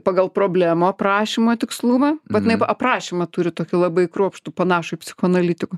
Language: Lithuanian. pagal problemų aprašymo tikslumą vat jinai aprašymą turi tokį labai kruopštų panašų į psichoanalitikų